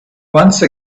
once